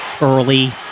early